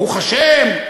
ברוך השם,